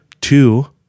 Two